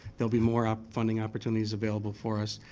there will be more ah winning opportunities available for us.